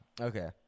Okay